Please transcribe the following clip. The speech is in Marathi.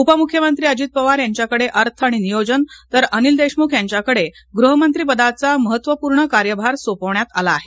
उपमुख्यमंत्री अजित पवार यांच्याकडे अर्थ आणि नियोजन तर अनिल देशमुख यांच्याकडे गृहमंत्रीपदाचा महत्वपूर्ण कार्यभार सोपवण्यात आला आहे